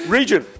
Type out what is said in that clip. Region